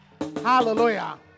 hallelujah